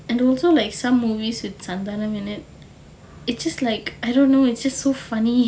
and also like some movies with santhaanam in it it's just like I don't know it's just so funny